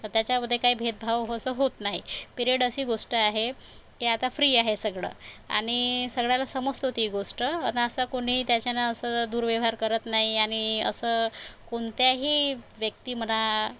त्याच्यामध्ये काय भेदभाव असं होत नाही पिरेड अशी गोष्ट आहे की आता फ्री आहे सगळं आणि सगळ्याला समजतो ती गोष्ट अन असं कुणी त्याच्यानं असं दुर्व्यवहार करत नाही आणि असं कोणत्याही व्यक्ती म्हणा